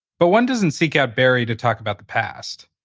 but one doesn't seek out barry to talk about the past.